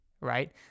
right